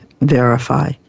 verify